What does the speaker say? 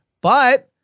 but-